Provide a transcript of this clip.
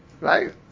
Right